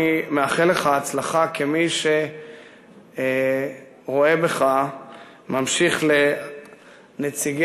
אני מאחל לך הצלחה כמי שרואה בך ממשיך של נציגי